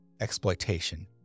exploitation